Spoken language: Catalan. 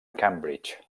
cambridge